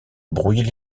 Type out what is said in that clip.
brouiller